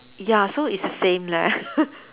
ya so it's the same leh